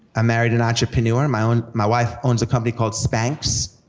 ah married an entrepreneur, my own, my wife owns a company called spanx,